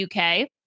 UK